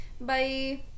bye